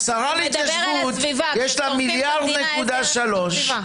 הוא מדבר על הסביבה --- לשרה להתיישבות יש 1.3 מיליארד.